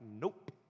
nope